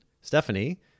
Stephanie